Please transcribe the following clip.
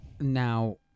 Now